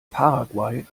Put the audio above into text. paraguay